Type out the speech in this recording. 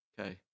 Okay